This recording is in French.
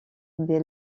des